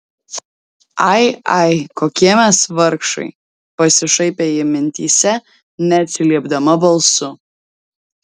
ai ai kokie mes vargšai pasišaipė ji mintyse neatsiliepdama balsu